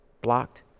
blocked